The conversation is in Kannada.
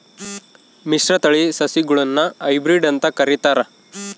ಮಿಶ್ರತಳಿ ಸಸಿಗುಳ್ನ ಹೈಬ್ರಿಡ್ ಅಂತ ಕರಿತಾರ